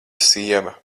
sieva